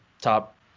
top